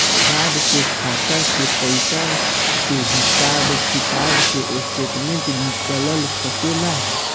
Card से खाता के पइसा के हिसाब किताब के स्टेटमेंट निकल सकेलऽ?